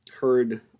heard